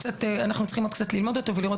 אנחנו צריכים עוד קצת ללמוד אותו ולראות